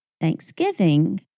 Thanksgiving